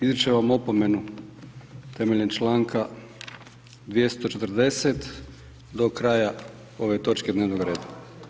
Izričem vam opomenu temeljem Članka 240. do kraja ove točke dnevnoga reda.